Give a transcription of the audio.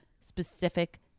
specific